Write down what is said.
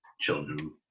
children